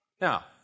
Now